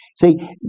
See